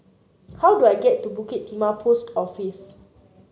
how do I get to Bukit Timah Post Office